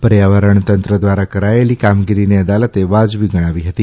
પર્યાવરણ તંત્ર દ્વારા કરાયેલી કામગીરીને અદાલતે વાજબી ગણાવી હતી